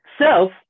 Self